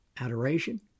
Adoration